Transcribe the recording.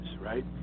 right